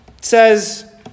says